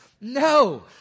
No